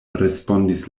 respondis